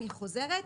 אני חוזרת.